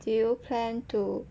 do you plan to